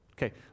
Okay